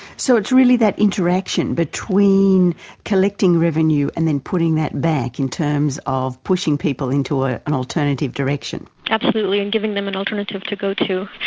so it's really that interaction between collecting revenue and then putting that back in terms of pushing people into ah an alternative direction? absolutely, and giving them an alternative to go to.